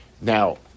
Now